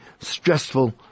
stressful